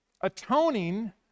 atoning